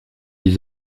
des